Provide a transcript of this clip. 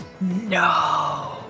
No